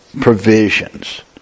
provisions